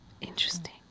Interesting